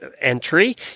entry